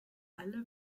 alle